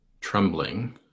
trembling